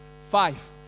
five